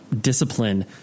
discipline